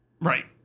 Right